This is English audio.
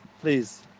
Please